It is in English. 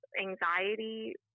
anxiety